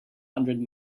hundred